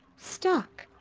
stuck!